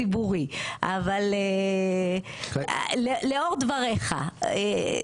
ציבורי אבל לאור דבריך,